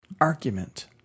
argument